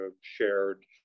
shared